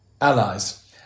allies